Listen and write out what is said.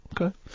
okay